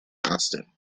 austen